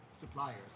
suppliers